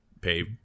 pay